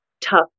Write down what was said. tough